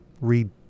read